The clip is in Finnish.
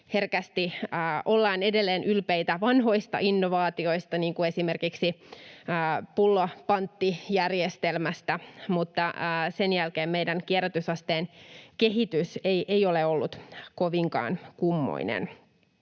Herkästi ollaan edelleen ylpeitä vanhoista innovaatioista, niin kuin esimerkiksi pullopanttijärjestelmästä, mutta sen jälkeen meidän kierrätysasteen kehitys ei ole ollut kovinkaan kummoinen.